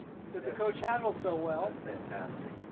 that the coach handles so well. that's fantastic.